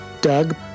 Doug